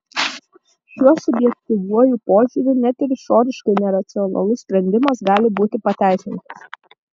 šiuo subjektyviuoju požiūriu net ir išoriškai neracionalus sprendimas gali būti pateisintas